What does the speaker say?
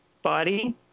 body